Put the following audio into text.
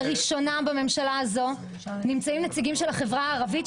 לראשונה בממשלה הזו נמצאים נציגים של החברה הערבית,